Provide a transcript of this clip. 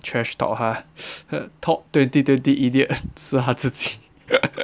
trash talk 他 ha top twenty twenty idiot 是他自己